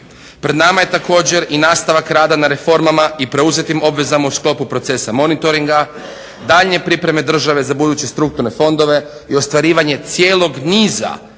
Pred nama je također i nastavak rada na reformama i preuzetim obvezama u sklopu procesa monitoringa, daljnje pripreme države za buduće strukturne fondove i ostvarivanje cijelog niza